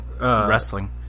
Wrestling